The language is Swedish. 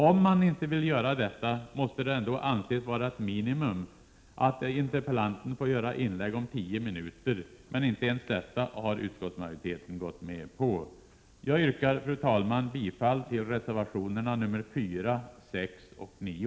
Om man inte vill göra detta, måste det anses vara ett minimum att interpellanten ändå får göra inlägg om 10 minuter. Men inte ens detta har utskottsmajoriteten gått med på. Jag yrkar, fru talman, bifall till reservationerna 4, 6 och 9.